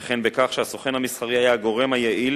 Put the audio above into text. וכן בכך שהסוכן המסחרי היה הגורם היעיל